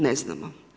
Ne znamo.